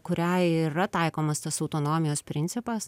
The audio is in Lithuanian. kuriai yra taikomas tas autonomijos principas